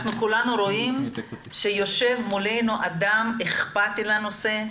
אנחנו כולנו רואים שיושב מולנו אדם אכפתי לנושא,